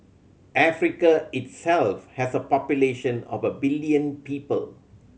Africa itself has a population of a billion people